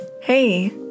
hey